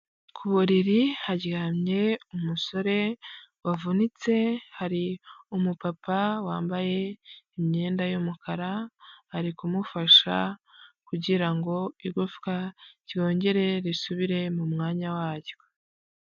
Kuburiri haryamye umusore wavunitse hari umupapa wambaye imyenda y'umukara ari kumufasha kugira ngo igufwa ryongere risubire mu mwanya waryo.